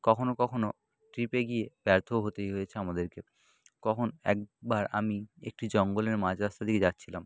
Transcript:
কখনও কখনও ট্রিপে গিয়ে ব্যর্থ হতেই হয়েছে আমাদেরকে কখন একবার আমি একটি জঙ্গলের মাঝ রাস্তা দিয়ে যাচ্ছিলাম